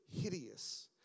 hideous